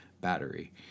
battery